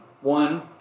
One